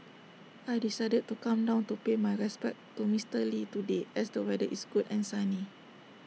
I decided to come down to pay my respects to Mister lee today as the weather is good and sunny